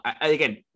Again